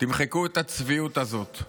תמחקו את הצביעות הזאת.